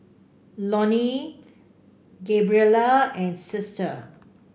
Loney Gabriella and Sister